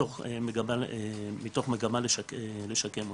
מתוך מגמה לשקם אותם.